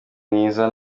mwiza